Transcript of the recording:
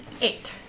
eight